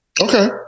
Okay